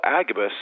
Agabus